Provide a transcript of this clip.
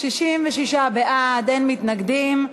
66 בעד, אין מתנגדים.